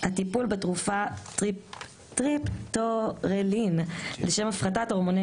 (3)הטיפול בתרופה triptorelin לשם הפחתת הורמוני